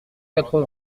quatre